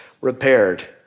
repaired